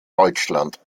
deutschland